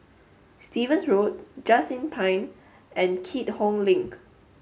Stevens Road Just Inn Pine and Keat Hong Link